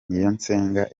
niyonsenga